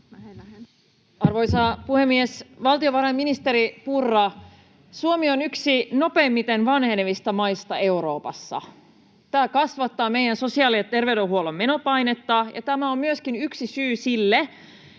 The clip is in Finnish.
Arvoisa puhemies! Valtiovarainministeri Purra, Suomi on yksi nopeimmin vanhenevista maista Euroopassa. Tämä kasvattaa meidän sosiaali- ja terveydenhuollon menopainetta, ja tämä on myöskin yksi syy siihen,